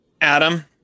Adam